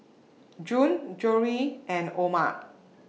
June Jory and Omer